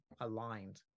aligned